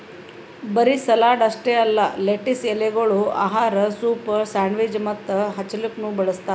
ಬರೀ ಸಲಾಡ್ ಅಷ್ಟೆ ಅಲ್ಲಾ ಲೆಟಿಸ್ ಎಲೆಗೊಳ್ ಆಹಾರ, ಸೂಪ್, ಸ್ಯಾಂಡ್ವಿಚ್ ಮತ್ತ ಹಚ್ಚಲುಕನು ಬಳ್ಸತಾರ್